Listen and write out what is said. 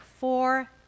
four